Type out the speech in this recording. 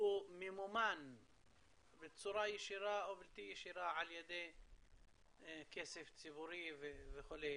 שהוא ממומן בצורה ישירה או בלתי ישירה על ידי כסף ציבורי וכו'.